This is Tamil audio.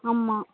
ஆமாம்